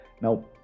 Now